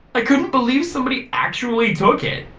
i couldn't believe somebody actually took it!